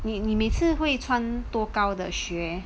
你你每次会穿多高的鞋